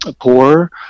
poor